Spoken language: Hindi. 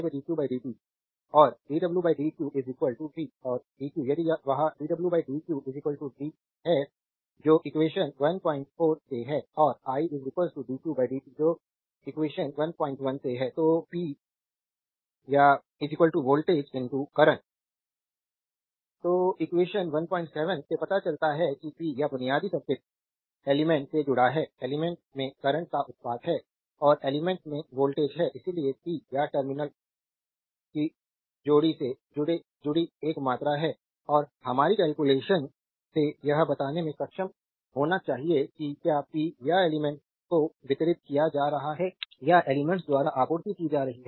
और dw dq v और dq यदि वह dw dq v है जो एक्वेशन 14 से है और i dq dt जो कि एक्वेशन 11 से है